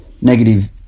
negative